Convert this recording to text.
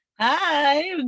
Hi